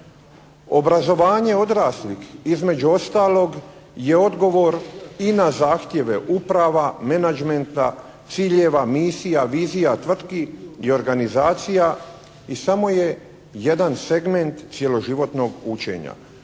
Obrazovanje odraslih između ostalog je odgovor i na zahtjeve uprave, menadžmenta, ciljeva, misija, vizija tvrtki i organizacija i samo je jedan segment cjeloživotnog učenja,